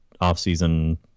off-season